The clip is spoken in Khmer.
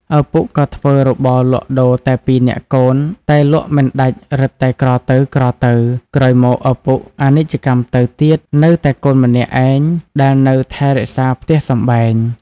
ឪពុកក៏ធ្វើរបរលក់ដូរតែពីរនាក់កូនតែលក់មិនដាច់រឹតតែក្រទៅៗ ក្រោយមកឪពុកអនិច្ចកម្មទៅទៀតនៅតែកូនម្នាក់ឯងដែលនៅថែរក្សាផ្ទះសំបែង។